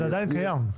זה עדיין קיים.